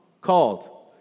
called